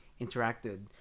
interacted